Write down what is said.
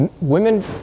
women